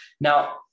Now